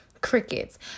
crickets